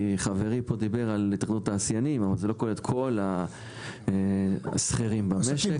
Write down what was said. חברי דיבר על התאחדות התעשיינים אבל זה לא כולל את כל השכירים במשק.